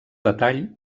detall